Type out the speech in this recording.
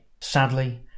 Sadly